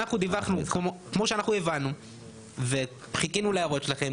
דיווחנו כמו שהבנו וחיכינו להערות שלכם,